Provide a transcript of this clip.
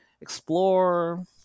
explore